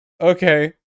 Okay